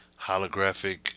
holographic